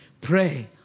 Pray